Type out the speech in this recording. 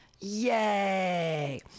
Yay